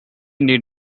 need